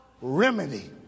remedy